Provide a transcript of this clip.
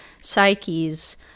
psyches